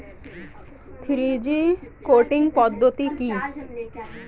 Three G cutting পদ্ধতি কি?